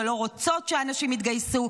שלא רוצות שאנשים יתגייסו.